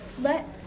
let